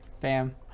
bam